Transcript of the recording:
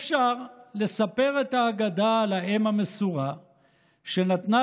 אפשר לספר את האגדה על האם המסורה שנתנה